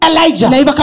Elijah